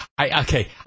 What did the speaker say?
Okay